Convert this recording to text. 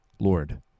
Lord